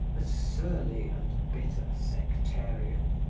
a surly and bitter sectarian.